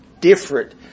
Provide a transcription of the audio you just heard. different